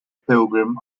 pilgrim